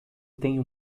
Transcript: tenho